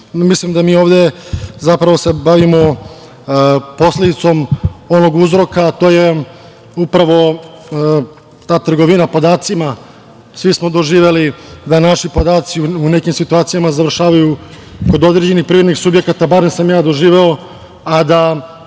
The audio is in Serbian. mislim da mi ovde zapravo se bavimo posledicom onog uzroka a to je upravo ta trgovina podacima. Svi smo doživeli da naši prodavci u nekim situacijama završavaju kod određenih privrednih subjekata, bar sam ja doživeo, a da